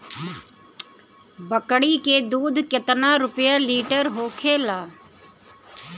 बकड़ी के दूध केतना रुपया लीटर होखेला?